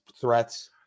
threats